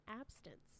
abstinence